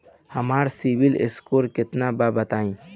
हमार सीबील स्कोर केतना बा बताईं?